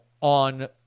on